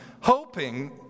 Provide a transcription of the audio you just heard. hoping